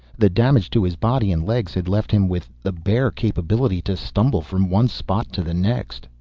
the damage to his body and legs had left him with the bare capability to stumble from one spot to the next.